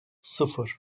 sıfır